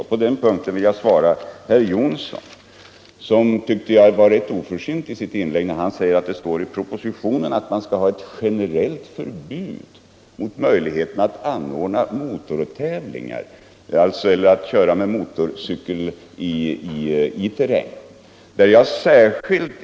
På den punkten vill jag svara herr Jonsson i Alingsås, som jag tycker var rätt oförsynt i sitt inlägg. Han säger att det står i propositionen att man skall ha ett generellt förbud mot att anordna motortävlingar eller köra med motorcykel i terräng.